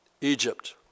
Egypt